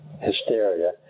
hysteria